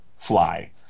fly